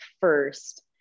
first